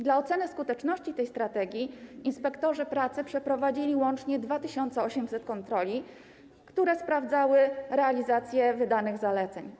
Dla oceny skuteczności tej strategii inspektorzy pracy przeprowadzili łącznie 2800 kontroli, podczas których sprawdzali realizację wydanych zaleceń.